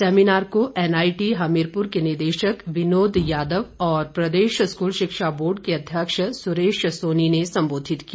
seminar को NIT Hamirpur के निदेशक विनोद यादव और प्रदेश स्कूल शिक्षा बोर्ड के अध्यक्ष सुरेश सोनी ने संबोधित किया